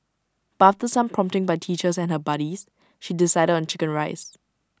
but after some prompting by teachers and her buddies she decided on Chicken Rice